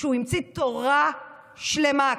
שהוא המציא תורה שלמה.